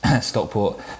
Stockport